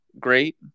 great